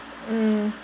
mm